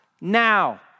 now